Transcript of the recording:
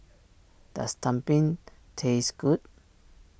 does Tumpeng taste good